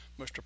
Mr